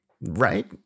right